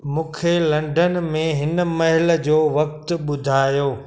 मूंखे लंडन में हिनमहिल जो वक़्तु ॿुधायो